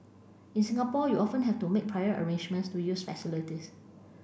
in Singapore you often have to make prior arrangements to use facilities